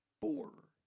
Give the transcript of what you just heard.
four